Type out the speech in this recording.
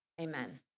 amen